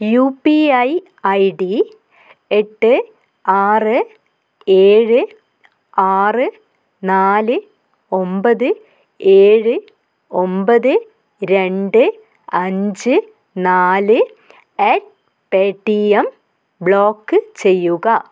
U P I I D എട്ട് ആറ് ഏഴ് ആറ് നാല് ഒമ്പത് ഏഴ് ഒമ്പത് രണ്ട് അഞ്ച് നാല് at Paytm block ചെയ്യുക